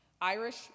Irish